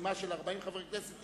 חתימה של 40 מחברי הכנסת,